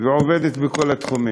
ועובדת בכל התחומים,